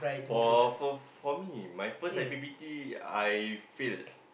for for for me my first I_P_P_T I fail